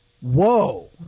whoa